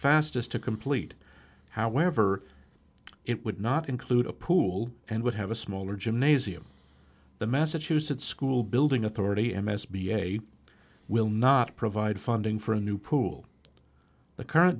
fastest to complete however it would not include a pool and would have a smaller gymnasium the massachusetts school building authority m s b a will not provide funding for a new pool the current